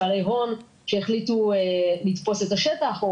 בעלי הון שהחליטו לתפוס את השטח,